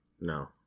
No